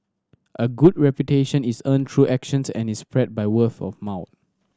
a good reputation is earned through actions and is spread by word of mouth